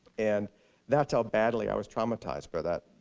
and that's how badly i was traumatized by that.